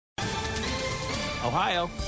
Ohio